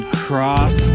cross